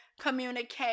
communicate